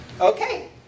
Okay